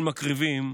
של מקריבים,